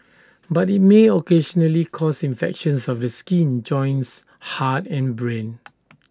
but IT may occasionally cause infections of the skin joints heart and brain